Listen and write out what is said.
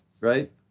right